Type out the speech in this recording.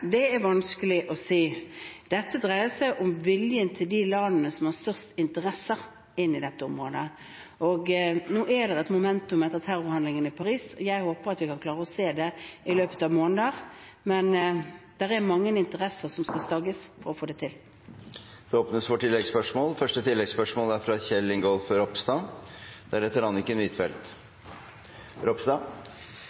er det vanskelig å si noe om. Dette dreier seg om viljen til de landene som har størst interesser inne i dette området, og nå er det et «momentum» etter terrorhandlingene i Paris. Jeg håper at vi kan klare å se det i løpet av måneder, men det er mange interesser som skal stagges for å få det til. Det åpnes for oppfølgingsspørsmål – først Kjell Ingolf Ropstad.